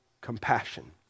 compassion